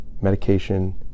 medication